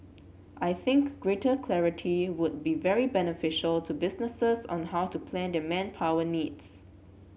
I think greater clarity would be very beneficial to businesses on how to plan their manpower needs